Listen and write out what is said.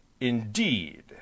indeed